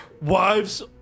Wives